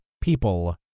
people